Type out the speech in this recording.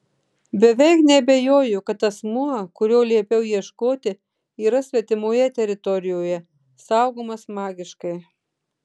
beveik neabejoju kad asmuo kurio liepiau ieškoti yra svetimoje teritorijoje saugomas magiškai